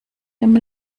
dem